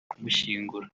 kumushyingura